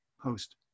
host